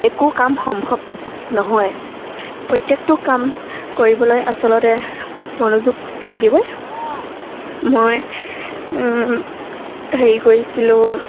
একো কাম সম্ভৱ নহয় প্ৰত্যেকটো কাম কৰিবলৈ আচলতে মনোযোগ লাগিবই মই হেৰি কৰিছিলোঁ